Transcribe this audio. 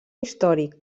històric